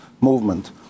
Movement